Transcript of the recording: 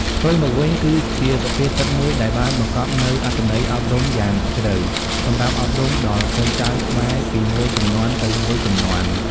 ផ្ទុយមកវិញ គឺជាសុភាសិតមួយដែលបានបង្កប់នូវអត្ថន័យអប់រំយ៉ាងជ្រៅសម្រាប់អប់រំដល់កូនចៅខ្មែរពីមួយជំនាន់ទៅមួយជំនាន់។